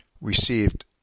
received